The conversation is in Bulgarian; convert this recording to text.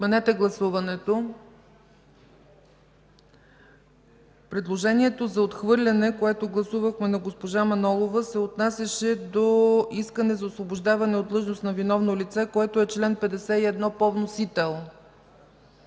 Отменете гласуването. Предложението за отхвърляне, което гласувахме, на госпожа Манолова, се отнасяше до искане за освобождаване от длъжност на виновно лице, което е чл. 51 по вносител.